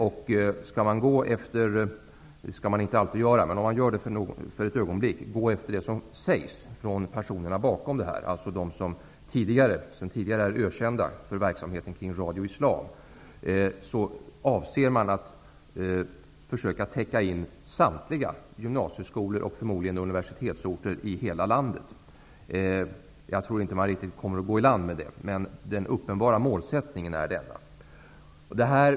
Om man skall gå efter vad som sägs, vilket man inte alltid skall göra, från personerna bakom detta -- personer som sedan tidigare är ökända för verksamheten med Radio Islam -- avser man att försöka täcka in samtliga gymnasieskolor och förmodligen även universitet i landet. Jag tror inte riktigt att de kommer att gå i land med detta, men det är den uppenbara målsättningen.